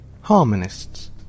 Harmonists